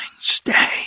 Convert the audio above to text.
stay